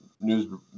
news